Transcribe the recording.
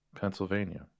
pennsylvania